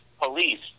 police